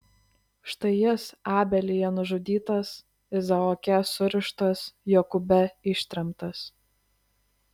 štai jis abelyje nužudytas izaoke surištas jokūbe ištremtas